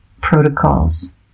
protocols